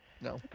No